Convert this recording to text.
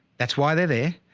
that's why they're there.